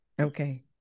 Okay